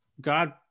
God